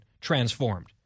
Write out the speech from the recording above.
transformed